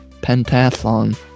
pentathlon